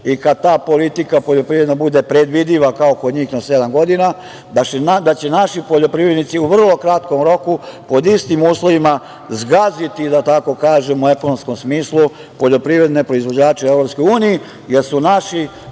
i kad ta politika poljoprivredna predvidiva kao njih na sedam godina, da će naši poljoprivrednici u vrlo kratkom roku pod istim uslovima zgaziti, da tako kažem u ekonomskom smislu poljoprivredne proizvođače u EU, jer su naši